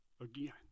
again